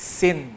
sin